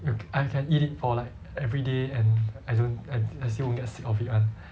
like I can eat it for like everyday and I don't and I still won't get sick of it [one]